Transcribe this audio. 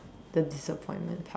the disappointment part